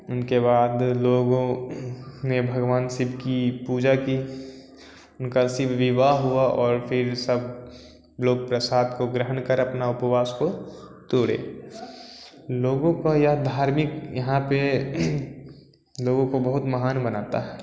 उनके बाद लोगों ने भगवान शिव की पूजा की उनका शिव विवाह हुआ और फिर सब लोग प्रसाद को ग्रहण कर अपना उपवास को तोड़े लोगों का यह धार्मिक यहाँ पे लोगों को बहुत महान बनाता है